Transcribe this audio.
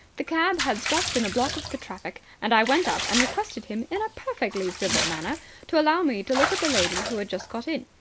the cab had stopped in a block of the traffic, and i went up and requested him in a perfectly civil manner to allow me to look at the lady who had just got in.